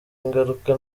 ingaruka